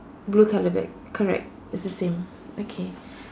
blue colour bag correct it's the same okay